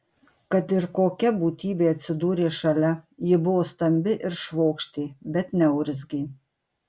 kad ir kokia būtybė atsidūrė šalia ji buvo stambi ir švokštė bet neurzgė